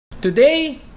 Today